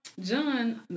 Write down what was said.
John